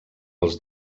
els